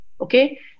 okay